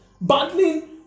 battling